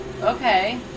okay